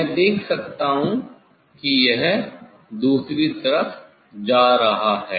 मैं देख सकता हूँ की यह दूसरी तरफ जा रहा है